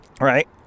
right